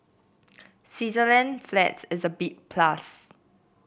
Switzerland flags is a big plus